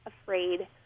afraid